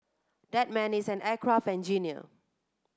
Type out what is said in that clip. that man is an aircraft engineer